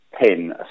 pin